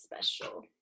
special